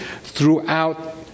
throughout